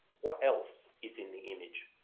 what else is in the image?